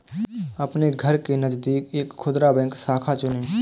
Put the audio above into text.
अपने घर के नजदीक एक खुदरा बैंक शाखा चुनें